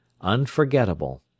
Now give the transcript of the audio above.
unforgettable